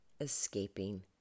escaping